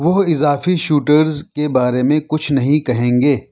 وہ اضافی شوٹرز کے بارے میں کچھ نہیں کہیں گے